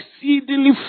exceedingly